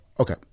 Okay